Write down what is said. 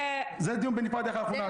זה דיון בנפרד איך אנחנו נעשה את זה.